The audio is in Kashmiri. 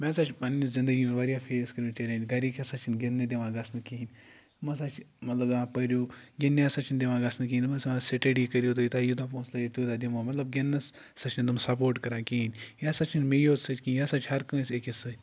مےٚ ہَسا چھِ پنٛنہِ زندگی منٛز واریاہ فیس کٔرِتھ چَلینٛج گَرِکۍ ہَسا چھِنہٕ گِنٛدنہٕ دِوان گژھنہٕ کِہیٖنۍ تم ہَسا چھِ مطلب دپان پٔرِو گِنٛدنہِ ہَسا چھِنہٕ دِوان گژھنہٕ کِہیٖنۍ دپان ژٕ آس سِٹَڈی کٔرِو تُہۍ یوٗتاہ یوٗتاہ پونٛسہٕ لَگٲیِو تیوٗتاہ دِمو مطلب گِنٛدنَس ہَسا چھِنہٕ تم سَپوٹ کَران کِہیٖنۍ یہِ ہَسا چھِنہٕ مے یوت سۭتۍ کِہیٖنۍ یہِ ہَسا چھِ ہَر کٲنٛسہِ أکِس سۭتۍ